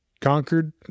conquered